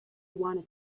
wanted